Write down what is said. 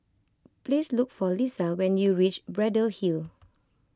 please look for Lissa when you reach Braddell Hill